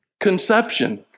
conception